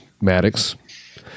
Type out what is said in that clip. Maddox